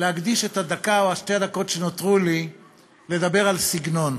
להקדיש את הדקה או שתי הדקות שנותרו לי לדבר על סגנון.